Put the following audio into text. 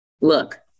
look